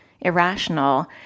irrational